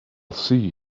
see